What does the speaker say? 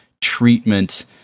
treatment